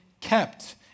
kept